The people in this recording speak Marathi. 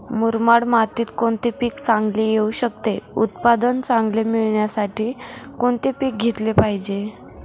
मुरमाड मातीत कोणते पीक चांगले येऊ शकते? उत्पादन चांगले मिळण्यासाठी कोणते पीक घेतले पाहिजे?